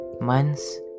months